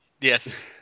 Yes